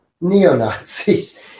neo-Nazis